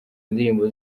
indirimbo